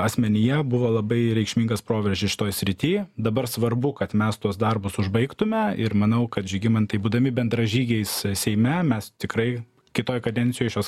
asmenyje buvo labai reikšmingas proveržis šitoj srity dabar svarbu kad mes tuos darbus užbaigtume ir manau kad žygimantai būdami bendražygiais seime mes tikrai kitoj kadencijoj šiuos